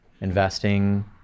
investing